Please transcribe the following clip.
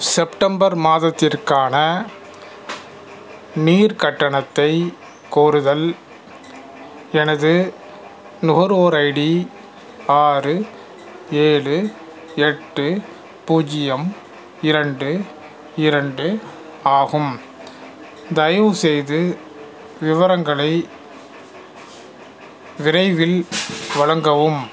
September மாதத்திற்கான நீர் கட்டணத்தை கோருதல் எனது நுகர்வோர் ஐடி ஆறு ஏழு எட்டு பூஜ்ஜியம் இரண்டு இரண்டு ஆகும் தயவுசெய்து விவரங்களை விரைவில் வழங்கவும்